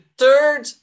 third